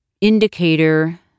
indicator